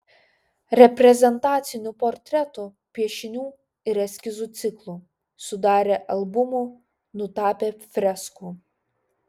reprezentacinių portretų piešinių ir eskizų ciklų sudarė albumų nutapė freskų